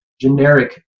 generic